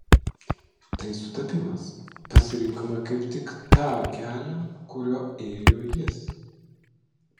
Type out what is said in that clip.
tai sutapimas pasirinkome kaip tik tą kelią kuriuo ėjo jis